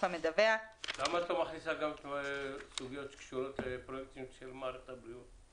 המדווח למה את לא מכניסה גם סוגיות שקשורות למערכת הבריאות?